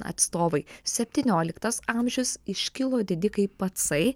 atstovai septynioliktas amžius iškilo didikai pacai